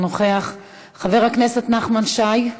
אינו נוכח, חבר הכנסת נחמן שי,